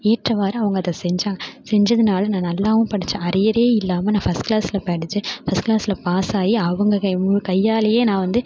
ஏற்றவாறு அவங்க அதை செஞ்சாங்க செஞ்சதினால நான் நல்லாவும் படித்தேன் அரியரே இல்லாமல் நான் ஃபர்ஸ்ட் க்ளாஸில் படிச்சு ஃபர்ஸ்ட் க்ளாஸில் பாஸாகி அவங்க கையாலையே நான் வந்து